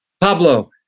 Pablo